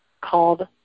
called